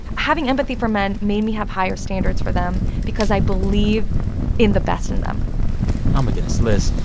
having empathy for men made me have higher standards for them because i believe in the best in them oh, my goodness. liz,